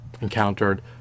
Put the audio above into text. encountered